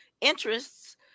interests